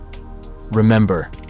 Remember